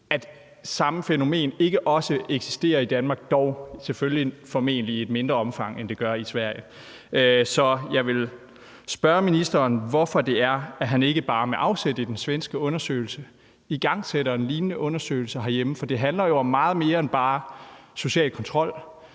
det samme fænomen ikke også eksisterer i Danmark, dog selvfølgelig formentlig i et mindre omfang, end det gør i Sverige. Så jeg vil spørge ministeren, hvorfor det ikke bare er sådan, at han med afsæt i den svenske undersøgelse igangsætter en lignende undersøgelse herhjemme. For det handler jo i Sverige om meget mere end bare social kontrol,